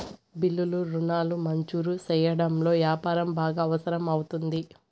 బిల్లులు రుణాలు మంజూరు సెయ్యడంలో యాపారం బాగా అవసరం అవుతుంది